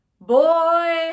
boy